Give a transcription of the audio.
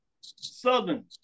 Southern